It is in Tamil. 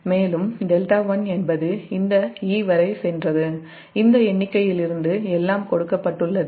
மேலும் 𝜹𝟏 என்பது இந்த 'e' வரை சென்றது இந்த எண்ணிக்கையிலிருந்து எல்லாம் கொடுக்கப்பட்டுள்ளது